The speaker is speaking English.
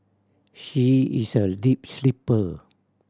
she is a deep sleeper